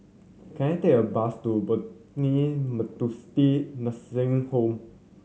can I take a bus to Methodist Nursing Home